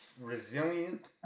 resilient